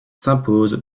s’impose